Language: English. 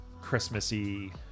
Christmassy